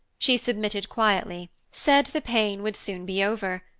she submitted quietly, said the pain would soon be over,